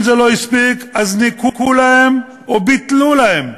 אם זה לא הספיק, אז ניכו להם, או ביטלו להם,